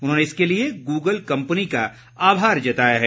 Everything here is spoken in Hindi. उन्होंने इसके लिए गूगल कम्पनी का आभार जताया है